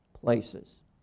places